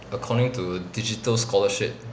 according to digital scholarship